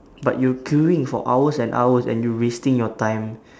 but you're queuing for hours and hours and you wasting your time